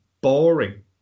boring